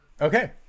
okay